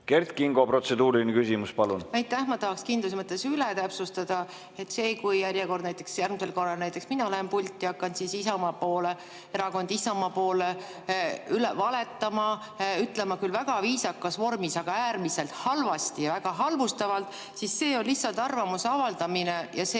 Kert Kingo, protseduuriline küsimus, palun!